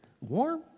Warm